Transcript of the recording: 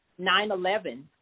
9-11